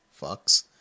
fucks